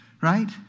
right